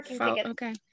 okay